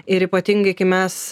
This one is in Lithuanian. ir ypatingai kai mes